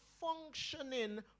functioning